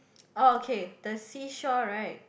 orh okay the seashore right